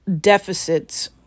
deficits